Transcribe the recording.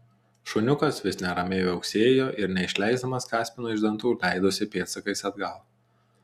šuniukas vis neramiai viauksėjo ir neišleisdamas kaspino iš dantų leidosi pėdsakais atgal